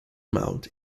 mount